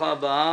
ברוכה הבאה.